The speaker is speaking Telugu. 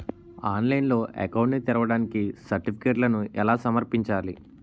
ఆన్లైన్లో అకౌంట్ ని తెరవడానికి సర్టిఫికెట్లను ఎలా సమర్పించాలి?